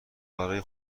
برای